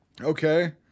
okay